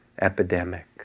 epidemic